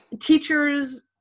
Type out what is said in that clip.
teachers